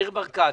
ניר ברקת.